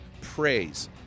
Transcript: praise